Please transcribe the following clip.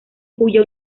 cuya